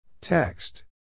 Text